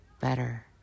better